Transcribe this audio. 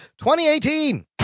2018